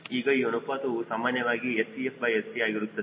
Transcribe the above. ಈಗ ಈ ಅನುಪಾತವು ಸಾಮಾನ್ಯವಾಗಿScfSt ಆಗಿರುತ್ತದೆ